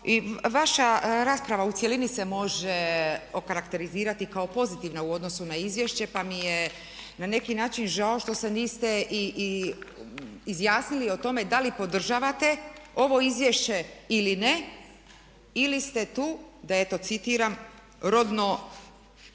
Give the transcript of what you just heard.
I vaša rasprava u cjelini se može okarakterizirati kao pozitivna u odnosu na izvješće pa mi je na neki način žao što se niste i izjasnili o tome da li podržavate ovo izvješće ili ne ili ste tu da eto citiram „rodno